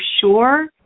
sure